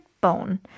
bone